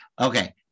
Okay